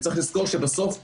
וצריך לזכור שבסוף המיסים,